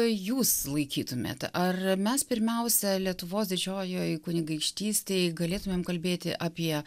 jūs laikytumėt ar mes pirmiausia lietuvos didžiojoj kunigaikštystėj galėtumėm kalbėti apie